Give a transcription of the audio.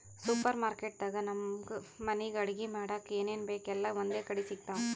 super market ದಾಗ್ ನಮ್ಗ್ ಮನಿಗ್ ಅಡಗಿ ಮಾಡಕ್ಕ್ ಏನೇನ್ ಬೇಕ್ ಎಲ್ಲಾ ಒಂದೇ ಕಡಿ ಸಿಗ್ತಾವ್